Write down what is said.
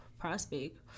prospect